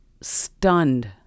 stunned